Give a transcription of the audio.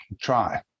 try